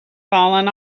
fallen